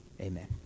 Amen